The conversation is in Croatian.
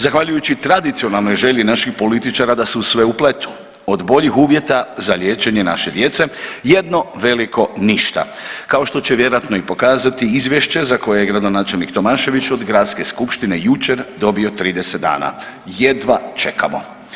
Zahvaljujući tradicionalnoj želji naših političari da se u sve upletu od boljih uvjeta za liječenje naše djece jedno veliko ništa, kao što će vjerojatno i pokazati i izvješće za koje je gradonačelnik Tomašević od gradske skupštine jučer dobio 30 dana, jedva čekamo.